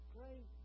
Great